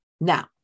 Now